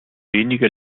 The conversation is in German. wenige